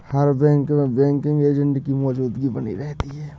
हर bank में banking agent की मौजूदगी बनी रहती है